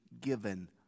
given